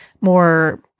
more